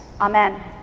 Amen